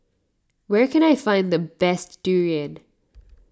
where can I find the best Durian